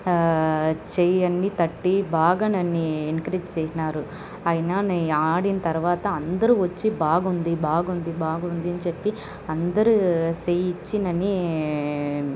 చెయ్యంతా తట్టి బాగా నన్నీ ఎంకరేజ్ చేసినారు అయినా నే ఆడిన తర్వాత అందరు వచ్చి బాగుంది బాగుంది బాగుందని చెప్పి అందరు చేయి ఇచ్చి నన్నీ